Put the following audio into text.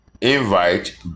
invite